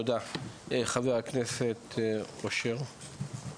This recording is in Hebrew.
חבר הכנסת אושר.